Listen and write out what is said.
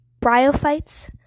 bryophytes